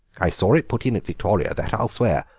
i saw it put in at victoria, that i'll swear.